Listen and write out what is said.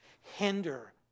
hinder